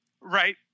right